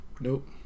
nope